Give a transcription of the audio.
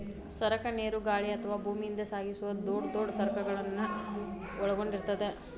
ಸರಕ ನೇರು ಗಾಳಿ ಅಥವಾ ಭೂಮಿಯಿಂದ ಸಾಗಿಸುವ ದೊಡ್ ದೊಡ್ ಸರಕುಗಳನ್ನ ಒಳಗೊಂಡಿರ್ತದ